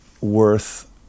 worth